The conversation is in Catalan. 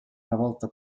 revolta